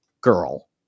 girl